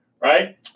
Right